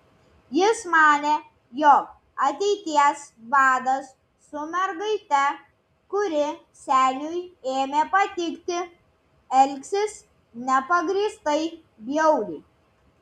jis manė jog ateities vadas su mergaite kuri seniui ėmė patikti elgsis nepagrįstai bjauriai